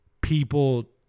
people